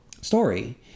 story